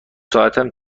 ساعتم